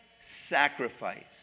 sacrifice